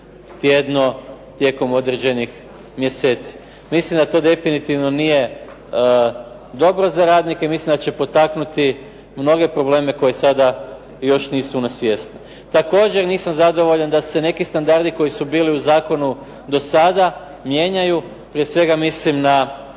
tjedno tijekom određenih mjeseci. Mislim da to definitivno nije dobro za radnike i mislim da će potaknuti mnoge probleme koji sada još nisu na svijesti. Također nisam zadovoljan da se neki standardi koji su bili u zakonu do sada mijenjaju. Prije svega mislim na